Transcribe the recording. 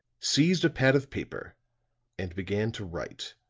seized a pad of paper and began to write.